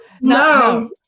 No